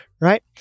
right